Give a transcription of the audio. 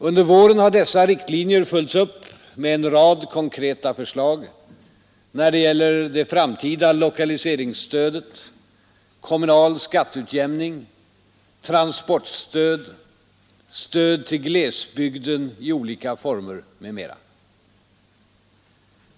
Under våren har dessa riktlinjer följts upp med en rad konkreta förslag när det gäller det stöd till glesbygden i olika former m.m.